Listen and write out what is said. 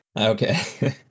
okay